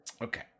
okay